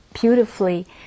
beautifully